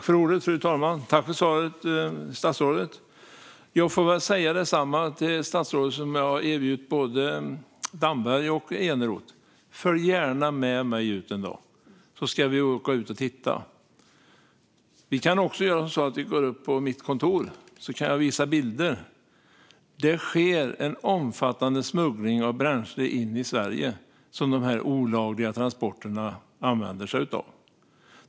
Fru talman! Tack för svaret, statsrådet! Jag får säga samma sak till statsrådet som jag har erbjudit både Damberg och Eneroth: Följ gärna med mig ut en dag och titta. Vi kan också gå upp på mitt kontor där jag kan visa bilder. Det sker en omfattande smuggling av bränsle in i Sverige som de olagliga transporterna använder sig av.